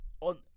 on